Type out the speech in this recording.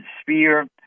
sphere